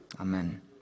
Amen